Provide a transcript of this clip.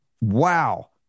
Wow